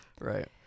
Right